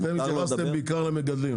אתם התייחסם בעיקר למגדלים,